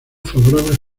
favorables